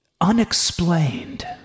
unexplained